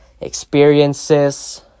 experiences